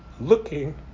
looking